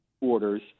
orders